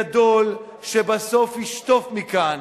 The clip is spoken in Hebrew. גדול, שבסוף ישטוף מכאן